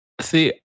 See